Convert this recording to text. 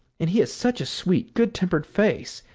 and he has such a sweet, good-tempered face,